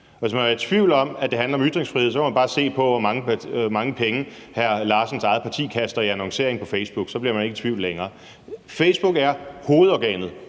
hvis man er i tvivl om, at det handler om ytringsfrihed, så kan man bare se på, hvor mange penge hr. Malte Larsens eget parti kaster i annoncering på Facebook. Så er man ikke i tvivl længere. Facebook er hovedorganet